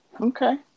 Okay